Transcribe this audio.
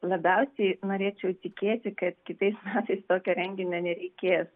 labiausiai norėčiau tikėti kad kitais metais tokio renginio nereikės